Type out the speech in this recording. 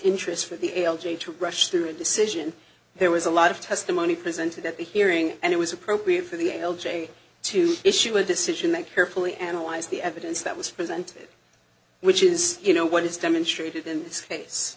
interest for the l g to rush through a decision there was a lot of testimony presented at the hearing and it was appropriate for the l j to issue a decision that carefully analyzed the evidence that was presented which is you know what is demonstrat